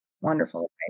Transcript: Wonderful